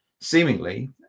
seemingly